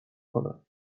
کنن